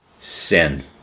Sin